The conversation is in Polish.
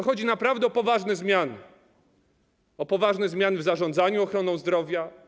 Chodzi naprawdę o poważne zmiany, o poważne zmiany w zarządzaniu ochroną zdrowia.